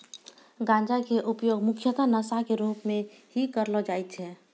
गांजा के उपयोग मुख्यतः नशा के रूप में हीं करलो जाय छै